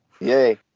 Yay